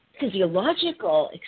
physiological